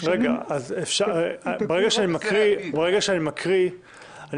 ברגע שאני מקריא,